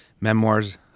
memoirs